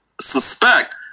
suspect